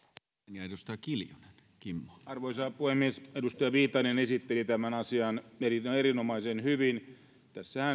arvoisa arvoisa puhemies edustaja viitanen esitteli tämän asian erinomaisen hyvin tässähän